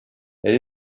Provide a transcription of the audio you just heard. elle